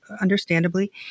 understandably